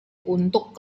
untuk